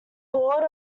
board